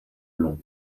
long